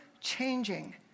changing